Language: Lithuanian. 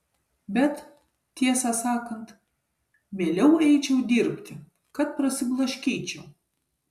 bet tiesą sakant mieliau eičiau dirbti kad prasiblaškyčiau